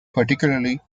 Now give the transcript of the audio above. particularly